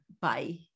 Bye